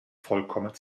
vollkommen